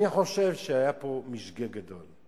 אני חושב שהיה פה משגה גדול.